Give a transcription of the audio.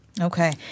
Okay